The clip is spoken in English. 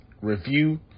review